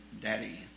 Daddy